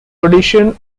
audition